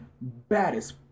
baddest